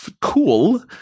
cool